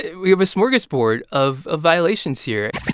we have a smorgasbord of ah violations here